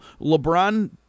LeBron